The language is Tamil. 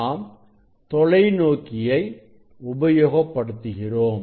நாம்தொலைநோக்கியை உபயோகப்படுத்துகிறோம்